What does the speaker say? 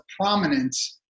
prominence